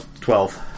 Twelve